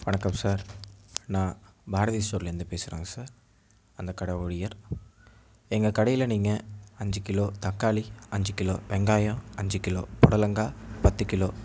வணக்கம் சார் நான் பாரதி ஸ்டோர்லந்து பேசுறேங்க சார் அந்த கடை ஊழியர் எங்கள் கடையில் நீங்கள் அஞ்சு கிலோ தக்காளி அஞ்சு கிலோ வெங்காயம் அஞ்சு கிலோ புடலங்காய் பத்து கிலோ